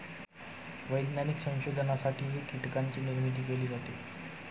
वैज्ञानिक संशोधनासाठीही कीटकांची निर्मिती केली जाते